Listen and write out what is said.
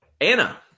Anna